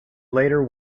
later